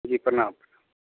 जी प्रणाम प्रणाम